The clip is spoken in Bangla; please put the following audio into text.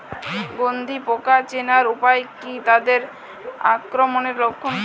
গন্ধি পোকা চেনার উপায় কী তাদের আক্রমণের লক্ষণ কী?